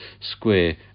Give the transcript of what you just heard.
square